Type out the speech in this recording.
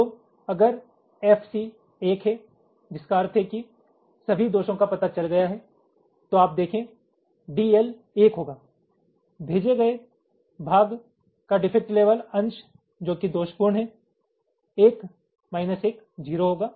तो अगर एफसी 1 है जिसका अर्थ है कि सभी दोषों का पता चल गया है तो आप देखें डीएल 1 होगा भेजे गये भाग का डिफेक्ट लेवल अंश जो कि दोषपूर्ण है 1 माइनस 1 0 होगा